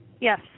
Yes